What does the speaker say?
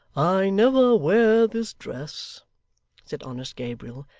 i never wear this dress said honest gabriel,